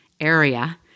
area